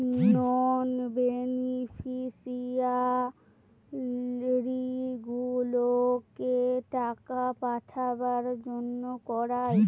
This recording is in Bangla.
নন বেনিফিশিয়ারিগুলোকে টাকা পাঠাবার জন্য করায়